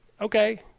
okay